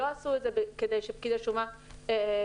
לא עשו את זה כדי שפקיד השומה ינוח,